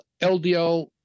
LDL